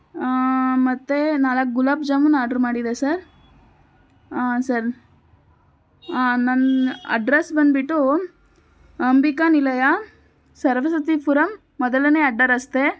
ಮತ್ತೆ ನಾಲ್ಕು ಗುಲಾಬ್ ಜಾಮೂನ್ ಆರ್ಡರ್ ಮಾಡಿದ್ದೆ ಸರ್ ಹಾಂ ಸರ್ ಹಾಂ ನನ್ನ ಅಡ್ರೆಸ್ಸ್ ಬಂದುಬಿಟ್ಟು ಅಂಬಿಕಾ ನಿಲಯ ಸರಸ್ವತಿಪುರಂ ಮೊದಲನೇ ಅಡ್ಡ ರಸ್ತೆ